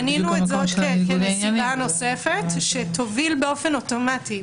מנינו את זה כנסיבה נוספת שתוביל באופן אוטומטי,